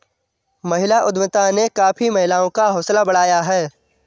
महिला उद्यमिता ने काफी महिलाओं का हौसला बढ़ाया है